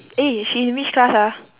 eh she in which class ah